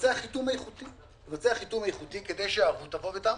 לבצע חיתום איכותי כדי שהערבות תעמוד.